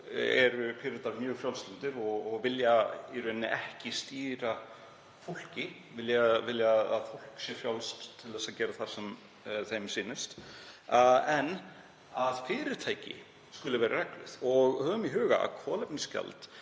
eru Píratar mjög frjálslyndir og vilja í rauninni ekki stýra fólki, vilja að fólk sé frjálst til að gera það sem því sýnist en að fyrirtæki séu bundin af reglum. Höfum í huga að kolefnisgjald